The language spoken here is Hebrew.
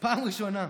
פעם ראשונה.